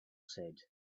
said